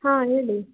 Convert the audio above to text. ಹಾಂ ಹೇಳಿ